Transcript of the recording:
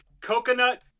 coconut